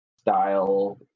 style